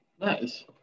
Nice